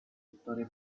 settore